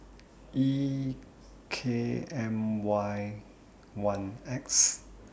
E K M Y one X